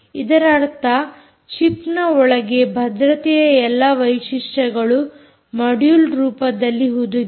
ಇದರ ಅರ್ಥ ಚಿಪ್ ನ ಒಳಗೆ ಭದ್ರತೆಯ ಎಲ್ಲಾ ವೈಶಿಷ್ಟ್ಯಗಳು ಮೊಡ್ಯುಲ್ ರೂಪದಲ್ಲಿ ಹುದುಗಿವೆ